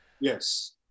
Yes